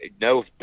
No